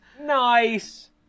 Nice